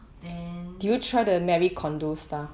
then